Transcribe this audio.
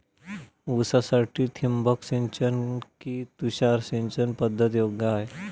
ऊसासाठी ठिबक सिंचन कि तुषार सिंचन पद्धत योग्य आहे?